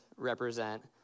represent